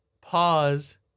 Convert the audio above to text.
Pause